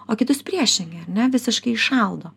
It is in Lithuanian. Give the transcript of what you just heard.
o kitus priešingai ar ne visiškai įšaldo